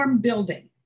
building